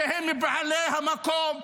שהם מבעלי המקום.